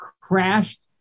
crashed